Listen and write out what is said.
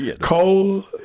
coal